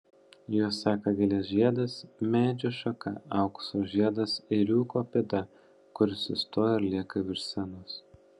juos seka gėlės žiedas medžio šaka aukso žiedas ėriuko pėda kuri sustoja ir lieka virš scenos